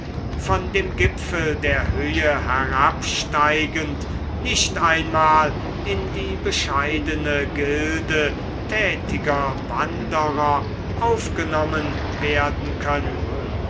von dem gipfel der höhe herabsteigend nicht einmal in die bescheidene gilde tätiger wanderer aufgenommen werden könnten